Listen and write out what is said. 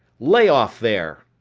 lay off there,